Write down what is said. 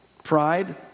Pride